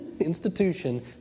institution